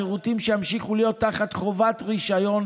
שירותים שימשיכו להיות תחת חובת רישיון,